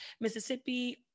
Mississippi